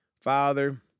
Father